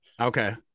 okay